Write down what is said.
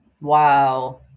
Wow